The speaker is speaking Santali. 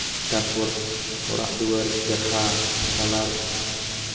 ᱛᱟᱨᱯᱚᱨ ᱚᱲᱟᱜ ᱫᱩᱣᱟᱹᱨ ᱪᱮᱨᱦᱟ ᱠᱟᱞᱟᱨ